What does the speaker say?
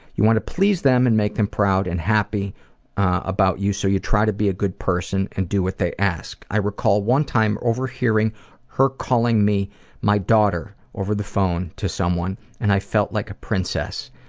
you want to please them and make them proud and happy over you so you try to be a good person and do what they ask. i recall one time overhearing her calling me my daughter over the phone to someone, and i felt like a princess.